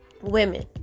women